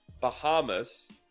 Bahamas